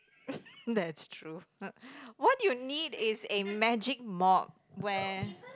that's true what you need is a magic mop where